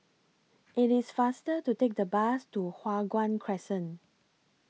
IT IS faster to Take The Bus to Hua Guan Crescent